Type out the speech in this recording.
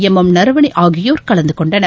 M M Naravane ஆகியோர் கலந்து கொண்டனர்